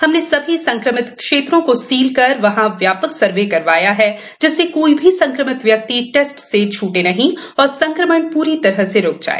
हमने सभी संक्रमित क्षेत्रो को सील कर वहां व्यापक सर्वे करवाया है जिससे कोई भी संक्रमित व्यक्ति टेस्ट से छूटे नहीं और संक्रमण पूरी तरह से रुक जाए